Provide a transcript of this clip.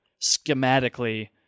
schematically